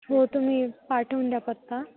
हो तुम्ही पाठवून द्या पत्ता